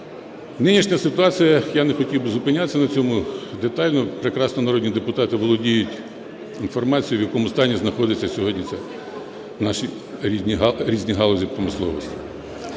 Нинішня ситуація, я не хотів би зупинятися на цьому детально, прекрасно народні депутати володіють інформацією, в якому стані знаходяться сьогодні наші різні галузі промисловості.